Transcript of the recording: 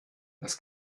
das